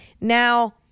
Now